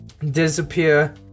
disappear